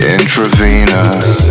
Intravenous